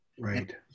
Right